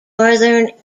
northern